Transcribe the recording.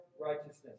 righteousness